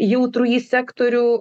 jautrųjį sektorių